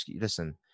listen